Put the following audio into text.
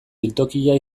biltokia